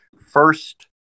first